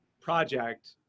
project